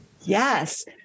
Yes